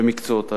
במקצועות הליבה.